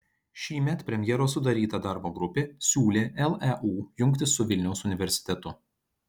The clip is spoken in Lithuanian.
šįmet premjero sudaryta darbo grupė siūlė leu jungtis su vilniaus universitetu